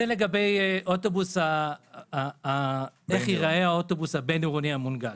זה לגבי איך ייראה האוטובוס הבין-עירוני המונגש.